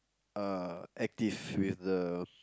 uh active with the